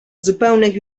zupełnych